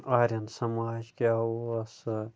Aryan Samaj کیٛاہ اوس سۄ